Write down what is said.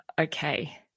Okay